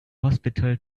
hospital